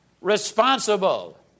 Responsible